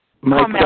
Mike